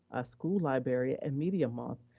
ah school library and media month,